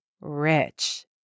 rich